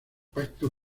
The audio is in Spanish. pacto